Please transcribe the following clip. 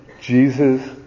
Jesus